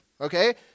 okay